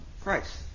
Christ